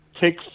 take